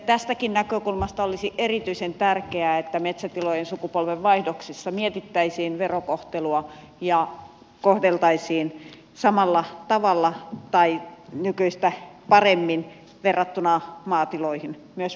tästäkin näkökulmasta olisi erityisen tärkeää että metsätilojen sukupolvenvaihdoksissa mietittäisiin verokohtelua ja kohdeltaisiin samalla tavalla tai nykyistä paremmin verrattuna maatiloihin myös metsätaloudessa sukupolvenvaihdostilanteissa